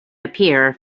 appear